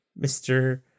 Mr